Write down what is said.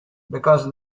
because